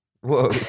whoa